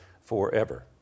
forever